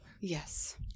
Yes